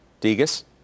Degas